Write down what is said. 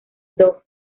duff